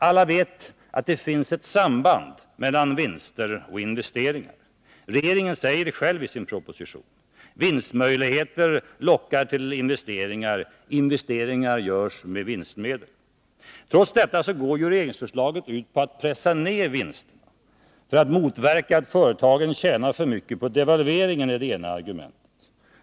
Alla vet att det finns ett samband mellan vinster och investeringar. Regeringen säger det själv i sin proposition. Vinstmöjligheter lockar till investeringar, investeringar görs med vinstmedel. Trots detta går regeringsförslaget ut på att pressa ned vinsterna. Det ena argumentet är att motverka att företagen tjänar för mycket på devalveringen.